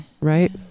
Right